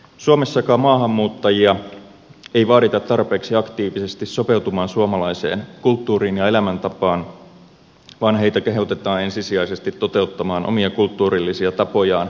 suomessakaan maahanmuuttajia ei vaadita tarpeeksi aktiivisesti sopeutumaan suomalaiseen kulttuuriin ja elämäntapaan vaan heitä kehotetaan ensisijaisesti toteuttamaan omia kulttuurillisia tapojaan ja normejaan